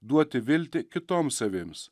duoti viltį kitoms avims